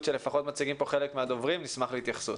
שלפחות מציגים פה חלק מהדוברים ונשמח להתייחסות.